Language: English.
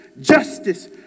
justice